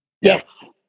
Yes